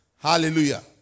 Hallelujah